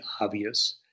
obvious